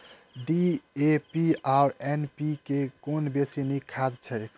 DAP आ NPK मे कुन बेसी नीक खाद छैक?